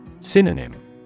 Synonym